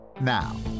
Now